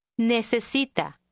Necesita